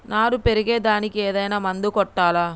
నారు పెరిగే దానికి ఏదైనా మందు కొట్టాలా?